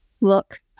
look